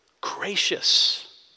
gracious